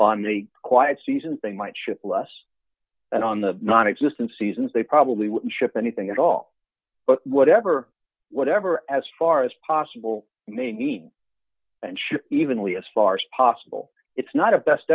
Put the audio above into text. the quiet seasons they might ship less and on the nonexistent seasons they probably wouldn't ship anything at all but whatever whatever as far as possible may need and should even we as far as possible it's not a best